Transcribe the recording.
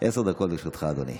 עשר דקות לרשותך, אדוני.